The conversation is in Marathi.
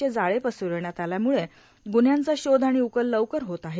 चे जाळे पसरविण्यात आल्याम्ळे ग्न्ह्यांचा शोध आणि उकल लवकर होत आहे